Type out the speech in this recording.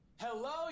hello